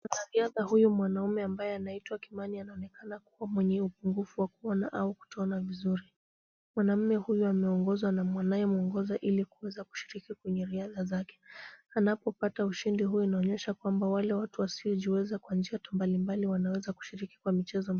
Mwanariadha huyu mwanaume ambaye anaitwa Kimani anaonekana kuwa mwenye upungufu wa kuona au kutoona vizuri. Mwanaume huyu ameongozwa na anayemwongoza ili kuweza kushiriki kwenye riadha zake. Anapopata ushindi huu inaonyesha kwamba wale watu wasiojiweza kwa njia mbali mbali wanaweza kushiriki kwa michezo.